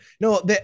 No